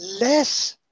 less